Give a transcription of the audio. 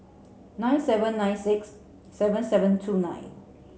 nine seven nine six seven seven two nine